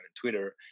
Twitter